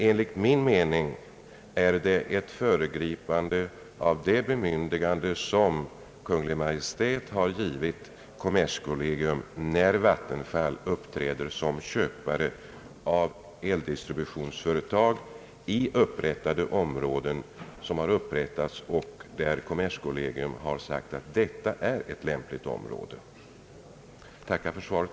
Enligt min mening är det ett föregripande och en utvidgning av det bemyndigande som Kungl. Maj:t har givit kommerskollegium när Vattenfall uppträder som köpare av eldistributionsföretag i områden som kommerskollegium uttalat vara lämpligt ordnade redan nu. Jag tackar än en gång för svaret.